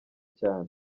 cyane